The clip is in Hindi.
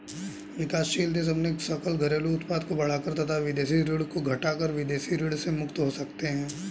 विकासशील देश अपने सकल घरेलू उत्पाद को बढ़ाकर तथा विदेशी ऋण को घटाकर विदेशी ऋण से मुक्त हो सकते हैं